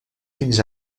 fins